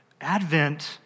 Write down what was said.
Advent